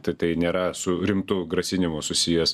tai tai nėra su rimtu grasinimu susijęs